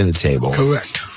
correct